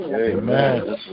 Amen